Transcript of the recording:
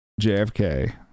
JFK